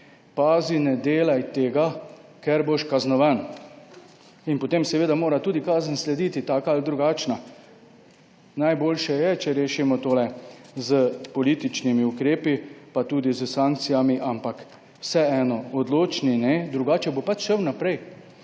pazi, ne delaj tega, ker boš kaznovan – in potem mora seveda tudi slediti kazen, taka ali drugačna. Najboljše je, če rešimo tole s političnimi ukrepi, pa tudi s sankcijami, ampak vseeno odločen ne, drugače bo pač šel naprej.